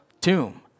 tomb